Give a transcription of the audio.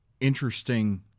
interesting